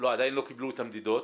עדיין לא קיבלו את המדידות.